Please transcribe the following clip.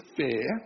fair